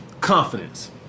confidence